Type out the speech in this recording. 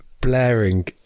blaring